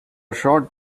shot